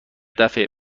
دفعه